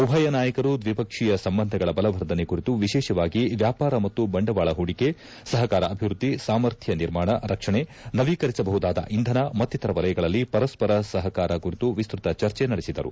ಉಭಯ ನಾಯಕರು ದ್ವಿಪಕ್ಷೀಯ ಸಂಬಂಧಗಳ ಬಲವರ್ಧನೆ ಕುರಿತು ವಿಶೇಷವಾಗಿ ವ್ಯಾಪಾರ ಮತ್ತು ಬಂಡವಾಳ ಹೂಡಿಕೆ ಸಹಕಾರ ಅಭಿವ್ಯದ್ವಿ ಸಾಮರ್ಥ್ಯ ನಿರ್ಮಾಣ ರಕ್ಷಣೆ ನವೀಕರಿಸಬಹುದಾದ ಇಂಧನ ಮತ್ತಿತರ ವಲಯಗಳಲ್ಲಿ ಪರಸ್ತರ ಸಹಕಾರ ಕುರಿತು ವಿಸ್ತೃತ ಚರ್ಚೆ ನಡೆಸಿದರು